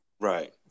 Right